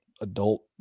adult